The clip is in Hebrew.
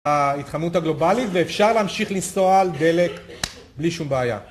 ההתחממות הגלובלית, ואפשר להמשיך לנסוע על דלק בלי שום בעיה